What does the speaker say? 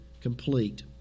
complete